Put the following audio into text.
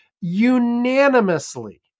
unanimously